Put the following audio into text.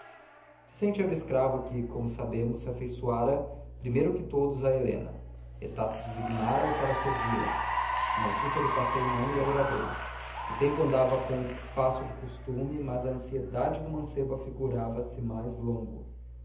era o escravo que como sabemos se afeiçoara primeiro que todos a helena estácio designara o para servi-la a notícia do passeio não lhe agradou o tempo andava com o passo do costume mas à ansiedade do mancebo afigurava-se mais longo